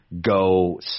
go